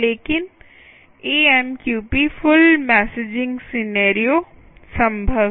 लेकिन AMQP full messaging scenario संभव है